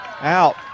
out